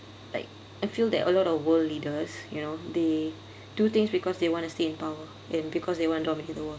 like I feel that a lot of world leaders you know they do things because they want to stay in power and because they want all maybe the world